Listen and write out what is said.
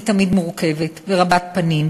היא תמיד מורכבת ורבת-פנים,